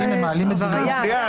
קרה רק פעמיים שהשתמשנו.